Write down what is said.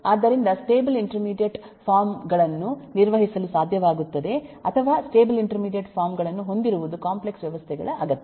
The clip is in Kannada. ಆದ್ದರಿಂದ ಸ್ಟೇಬಲ್ ಇಂಟರ್ಮೀಡಿಯೇಟ್ ಫಾರಂ ಗಳನ್ನು ನಿರ್ವಹಿಸಲು ಸಾಧ್ಯವಾಗುತ್ತದೆ ಅಥವಾ ಸ್ಟೇಬಲ್ ಇಂಟರ್ಮೀಡಿಯೇಟ್ ಫಾರಂ ಗಳನ್ನು ಹೊಂದಿರುವುದು ಕಾಂಪ್ಲೆಕ್ಸ್ ವ್ಯವಸ್ಥೆಗಳ ಅಗತ್ಯ